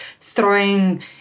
throwing